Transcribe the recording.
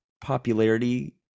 popularity